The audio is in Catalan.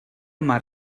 mar